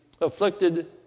afflicted